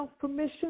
permission